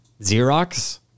Xerox